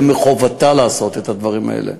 מחובתה לעשות את הדברים האלה.